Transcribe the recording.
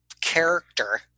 character